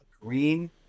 Green